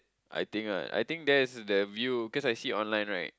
I think uh I think there's the view cause I see online right